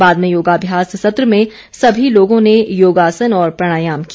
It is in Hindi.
बाद में योगाभ्यास सत्र में सभी लोगों ने योगासन और प्राणायाम किया